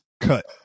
cut